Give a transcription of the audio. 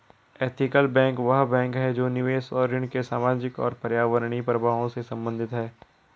ethical bank वह bank है जो निवेश और ऋण के सामाजिक और पर्यावरणीय प्रभावों से संबंधित है